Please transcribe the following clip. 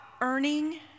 earning